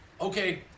okay